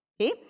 okay